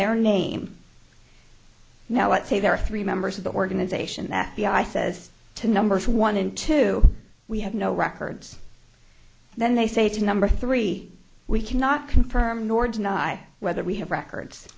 their name now let's say there are three members of the organization that b i says to number one in two we have no records and then they say to number three we cannot confirm nor deny whether we have records